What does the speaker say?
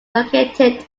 located